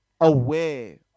aware